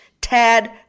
Tad